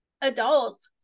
adults